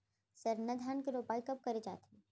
सरना धान के रोपाई कब करे जाथे?